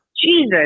Jesus